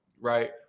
right